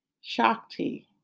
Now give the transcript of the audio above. Shakti